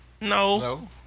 No